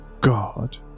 God